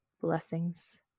Blessings